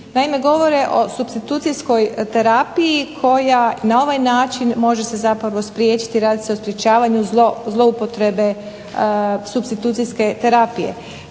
Naime govore o supstitucijskoj terapiji koja na ovaj način može se zapravo spriječiti, radi se o sprječavanju zloupotrebe supstitucijske terapije.